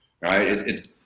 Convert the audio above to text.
right